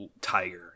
tiger